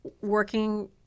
working